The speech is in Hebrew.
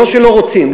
לא שלא רוצים,